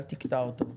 אל תקטע אותו.